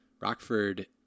rockford